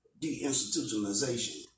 deinstitutionalization